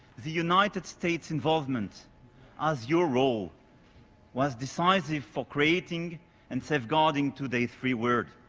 the united states involvement as your role was decisive for creating and safe guarding today's free world.